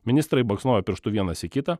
ministrai baksnojo pirštu vienas į kitą